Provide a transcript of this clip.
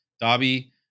Dobby